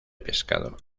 pescado